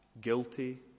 guilty